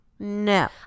No